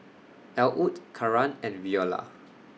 Elwood Karan and Viola